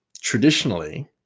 traditionally